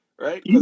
right